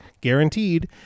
guaranteed